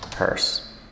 purse